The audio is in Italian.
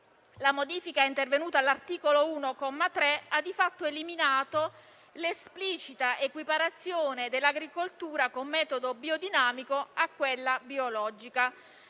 La modifica intervenuta all'articolo 1, comma 3, ha di fatto eliminato l'esplicita equiparazione dell'agricoltura con metodo biodinamico a quella biologica,